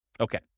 Okay